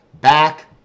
back